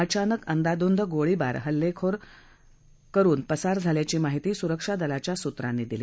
अचानक अंदाधुंद गोळीबार हल्लेखोर पसार झाल्याची माहिती सुरक्षा दलाच्या सूत्रांनी दिली